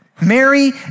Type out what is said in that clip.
Mary